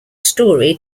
story